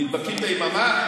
נדבקים ביממה?